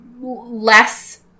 Less